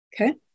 Okay